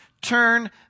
turn